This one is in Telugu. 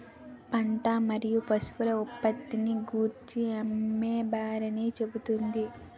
పంట మరియు పశువుల ఉత్పత్తిని గూర్చి అమ్మేబేరాన్ని చెబుతుంది